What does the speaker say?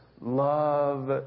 love